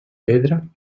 pedra